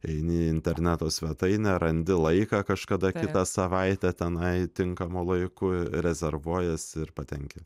eini į interneto svetainę randi laiką každa kitą savaitę tenai tinkamu laiku rezervuojiesi ir patenki